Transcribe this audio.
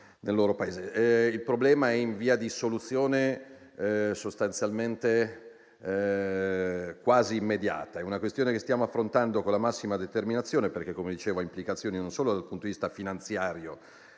nel loro Paese. Il problema è in via di soluzione, sostanzialmente quasi immediata. È una questione che stiamo affrontando con la massima determinazione, perché - come si diceva - ha implicazioni dal punto di vista non solo